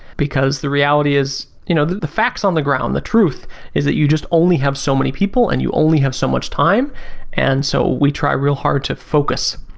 because the reality is you know the the fact is on the ground. the truth is that you just only have so many people and you only have so much time and so, we try real hard to focus.